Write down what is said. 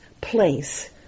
place